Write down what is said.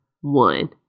one